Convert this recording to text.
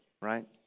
right